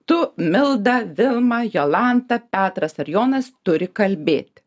tu milda vilma jolanta petras ar jonas turi kalbėti